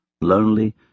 lonely